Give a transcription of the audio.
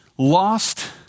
lost